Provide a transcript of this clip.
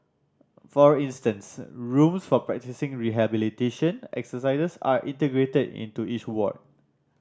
for instance rooms for practising rehabilitation exercises are integrated into each ward